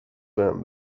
بهم